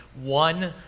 one